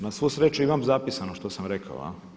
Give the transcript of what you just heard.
Na svu sreću imam zapisano što sam rekao.